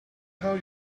how